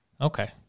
okay